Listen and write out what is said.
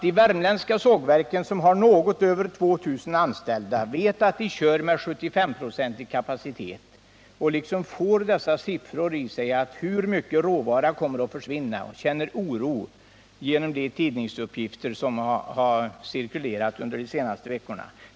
De värmländska sågverken, som har något över 2 000 anställda, kör med 75-procentig kapacitet. Nu riskerar de att försättas i en situation där de måste fråga sig: Hur mycket råvara kommer att försvinna? Det är klart att man där känner oro efter de tidningsuppgifter som cirkulerat under de senaste veckorna.